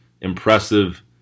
impressive